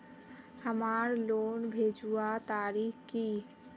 हमार लोन भेजुआ तारीख की?